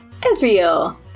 Ezreal